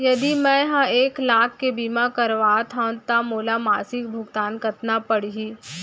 यदि मैं ह एक लाख के बीमा करवात हो त मोला मासिक भुगतान कतना पड़ही?